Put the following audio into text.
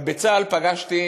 אבל בצה"ל פגשתי